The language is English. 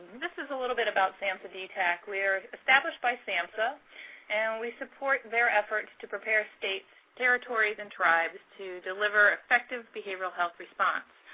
this is a little about samhsa dtac. were established by samhsa and we support their efforts to prepare states, territories, and tribes to deliver effective behavioral health response.